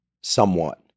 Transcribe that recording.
somewhat